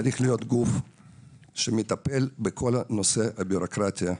צריך להיות גוף שמטפל בכל הנושא הבירוקרטי.